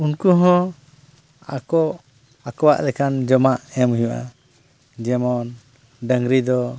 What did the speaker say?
ᱩᱱᱠᱩ ᱦᱚᱸ ᱟᱠᱚ ᱟᱠᱚᱣᱟᱜ ᱞᱮᱠᱟᱱ ᱡᱚᱢᱟᱜ ᱮᱢ ᱦᱩᱭᱩᱜᱼᱟ ᱡᱮᱢᱚᱱ ᱰᱟᱝᱨᱤ ᱫᱚ